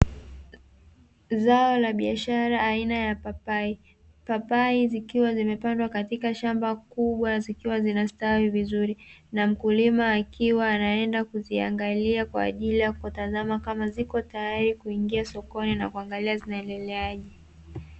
Zao la biashara aina ya papai. Papai zikiwa zimepandwa katika shamba kubwa zikiwa zinastawi vizuri, na mkulima akiwa anaenda kuziangalia kwa ajili ya kutazama kama ziko tayari kuingia sokoni na kuangalia zinaendeleaje.